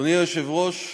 אדוני היושב-ראש,